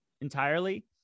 entirely